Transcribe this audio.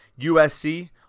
USC